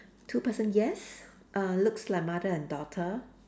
two person yes err looks like mother and daughter